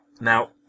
Now